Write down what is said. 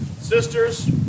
sisters